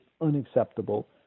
unacceptable